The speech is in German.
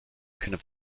können